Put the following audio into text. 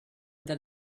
that